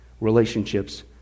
relationships